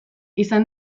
izan